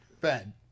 Ben